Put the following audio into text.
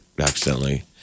accidentally